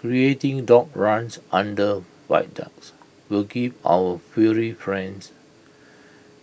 creating dog runs under viaducts will give our furry friends